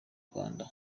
rwanda